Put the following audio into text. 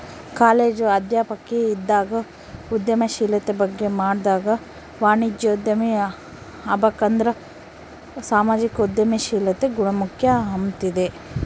college ಅಧ್ಯಾಪಕಿ ಇದ್ದಾಗ ಉದ್ಯಮಶೀಲತೆ ಬಗ್ಗೆ ಮಾಡ್ವಾಗ ವಾಣಿಜ್ಯೋದ್ಯಮಿ ಆಬಕಂದ್ರ ಸಾಮಾಜಿಕ ಉದ್ಯಮಶೀಲತೆ ಗುಣ ಮುಖ್ಯ ಅಂಬ್ತಿದ್ದೆ